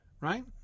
right